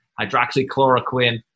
hydroxychloroquine